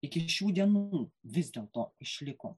iki šių dienų vis dėlto išliko